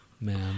Man